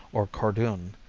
or cardoon,